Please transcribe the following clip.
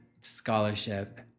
scholarship